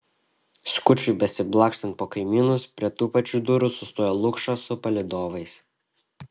skučui besiblaškant po kaimynus prie tų pačių durų sustojo lukša su palydovais